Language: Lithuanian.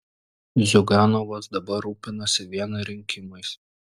ziuganovas dabar rūpinasi vien rinkimais